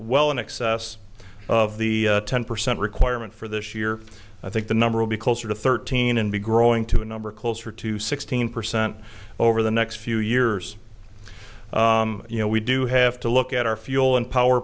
well in excess of the ten percent requirement for this year i think the number will be closer to thirteen and be growing to a number closer to sixteen percent over the next few years you know we do have to look at our fuel and power